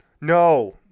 No